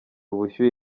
ubushyuhe